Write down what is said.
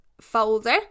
folder